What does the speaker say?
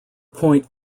point